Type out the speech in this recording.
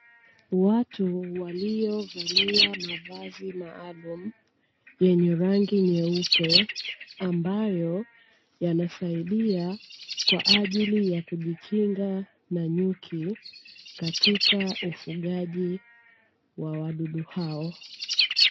Watu waliovaa mavazi maalumu yenye rangi nyeupe, ambayo yanasaidia kwa ajili kujikinga na nyuki katika ufugaji wa wadudu hao.